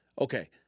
Okay